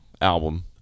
album